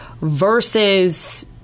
versus